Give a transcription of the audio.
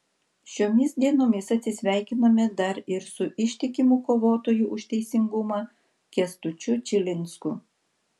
šiomis dienomis atsisveikinome dar ir su ištikimu kovotoju už teisingumą kęstučiu čilinsku